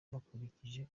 bakurikije